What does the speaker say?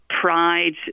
pride